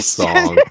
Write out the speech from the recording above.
song